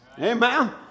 Amen